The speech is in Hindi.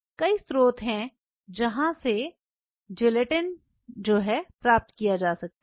कई स्रोत हैं जहाँ से आप जिलेटिन प्राप्त कर सकते हैं